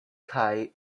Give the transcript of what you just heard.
kaj